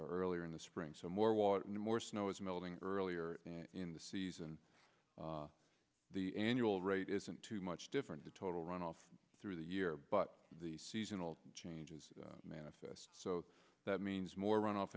earlier in the spring so more water more snow is melting earlier in the season the annual rate isn't too much different the total run off through the year but the seasonal changes manifest so that means more runoff